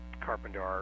Carpenter